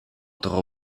tro